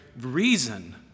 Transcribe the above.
reason